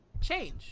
change